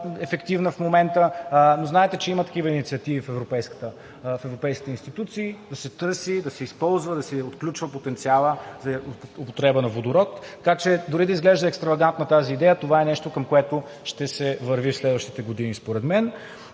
ефективна в момента. Но знаете, че има такива инициативи в европейските институции – да се търси, да се използва, да се отключва потенциалът за употреба на водород, така че дори да изглежда екстравагантна тази идея, това е нещо, към което ще се върви в следващите години според мен.